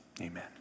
amen